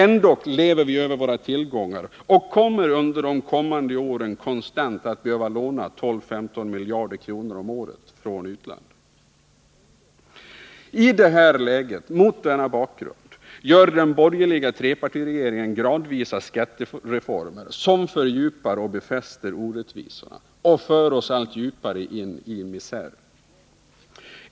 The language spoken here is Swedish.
Ändock lever vi över våra tillgångar och kommer under de kommande åren att konstant behöva låna 12-15 miljarder kronor om året från utlandet. I detta läge genomför den borgerliga trepartiregeringen gradvis skattereformer, som fördjupar och befäster orättvisorna och som för oss allt djupare in i misären.